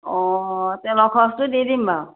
অঁ তেলৰ খৰচটো দি দিম বাৰু